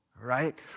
right